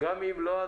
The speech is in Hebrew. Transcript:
גם אם לא,